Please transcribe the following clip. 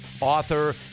author